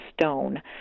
stone